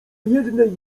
jednej